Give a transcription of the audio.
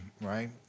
right